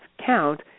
count